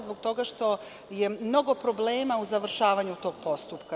Zbog toga što je mnogo problema u završavanju tog postupka.